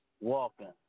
walking